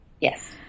Yes